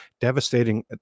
Devastating